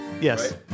Yes